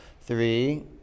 Three